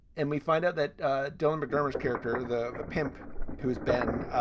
and we find out that dylan mcdermott character, the pimp who's been,